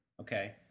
Okay